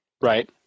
Right